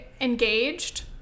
engaged